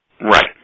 Right